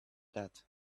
that